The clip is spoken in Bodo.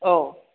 औ